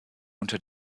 unter